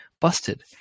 busted